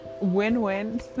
win-win